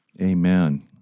amen